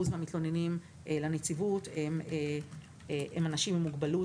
מהמתלוננים לנציבות הם אנשים עם מוגבלות.